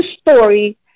story